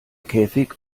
käfig